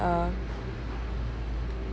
uh